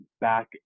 back